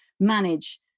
manage